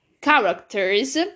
characters